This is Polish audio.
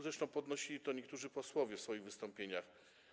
Zresztą podnosili to niektórzy posłowie w swoich wystąpieniach.